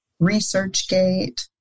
ResearchGate